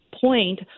point